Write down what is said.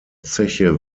zeche